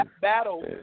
battle